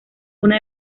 una